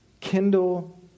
Kindle